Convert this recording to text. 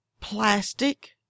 Plastic